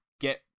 get